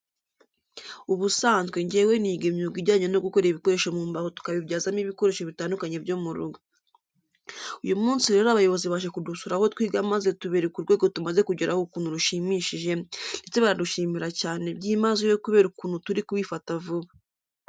Ubusanzwe njyewe niga imyuga ijyanye no gukora ibikoresho mu mbaho tukabibyazamo ibikoresho bitandukanye byo mu rugo. Uyu munsi rero abayobozi baje kudusura aho twiga maze tubereka urwego tumaze kugeraho ukuntu rushimishije ndetse baradushimira cyane byimazeyo kubera ukuntu turi kubifata vuba.